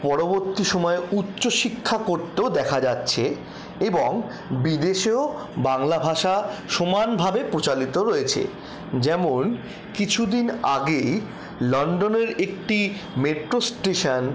পরবর্তী সময়ে উচ্চশিক্ষা করতেও দেখা যাচ্ছে এবং বিদেশেও বাংলা ভাষা সমানভাবে প্রচারিত রয়েছে যেমন কিছুদিন আগেই লন্ডনের একটি মেট্রো স্টেশন